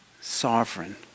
sovereign